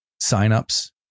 signups